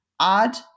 add